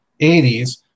80s